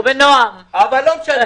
אני לא רוצה